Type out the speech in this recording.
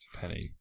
Penny